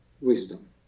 wisdom